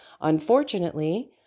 unfortunately